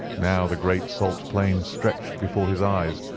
now the great salt plain stretched before his eyes,